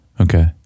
Okay